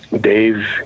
dave